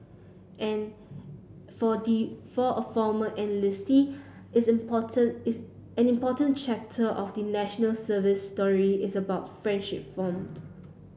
and for for a former enlistee isn't important is any important chapter of the National Service story is about friendship formed